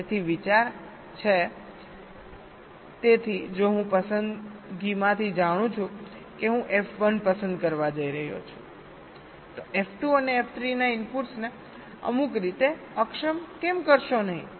તેથી વિચાર છે તેથી જો હું પસંદગીમાંથી જાણું છું કે હું F1 પસંદ કરવા જઈ રહ્યો છું તો F2 અને F3 ના ઇનપુટ્સને અમુક રીતે અક્ષમ કેમ કરશો નહીં